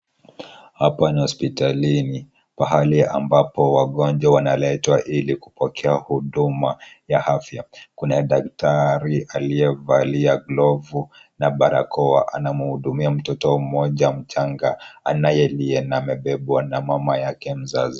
Hapa ni hospitalini pahali ambapo wagonjwa wanaletwa ili kupokea huduma ya afya. Kuna daktari aliyevalia glovu na barakoa anamhudumia mtoto mmoja mchanga anaye lia na amebebwa na mama yake mzazi.